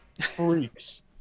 freaks